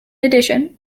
addition